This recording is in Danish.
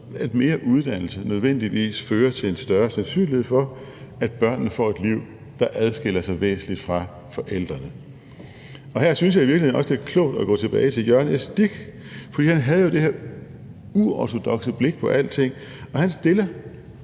at mere uddannelse nødvendigvis fører til en større sandsynlighed for, at børnene får et liv, der adskiller sig væsentligt fra forældrenes. Kl. 16:33 Her synes jeg i virkeligheden også, det er klogt at gå tilbage til Jørgen S. Dich, fordi han jo havde det her uortodokse blik på alting. Og han stiller